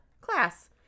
class